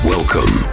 Welcome